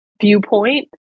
viewpoint